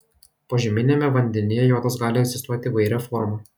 požeminiame vandenyje jodas gali egzistuoti įvairia forma